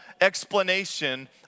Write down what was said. explanation